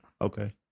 Okay